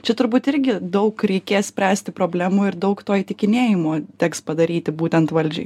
čia turbūt irgi daug reikės spręsti problemų ir daug to įtikinėjimo teks padaryti būtent valdžiai